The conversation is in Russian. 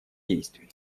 действий